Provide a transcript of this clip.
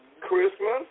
Christmas